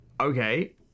okay